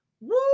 Woo